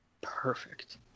perfect